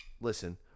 Listen